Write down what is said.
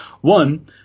One